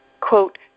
quote